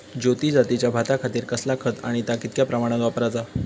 ज्योती जातीच्या भाताखातीर कसला खत आणि ता कितक्या प्रमाणात वापराचा?